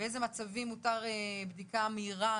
ובאיזה מצבים מותר בדיקה מהירה,